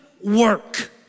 work